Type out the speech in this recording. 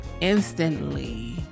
instantly